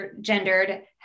gendered